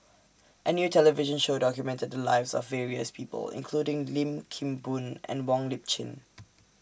A New television Show documented The Lives of various People including Lim Kim Boon and Wong Lip Chin